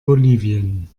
bolivien